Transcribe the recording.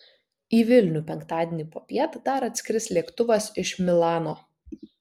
į vilnių penktadienį popiet dar atskris lėktuvas iš milano